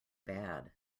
bad